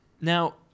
Now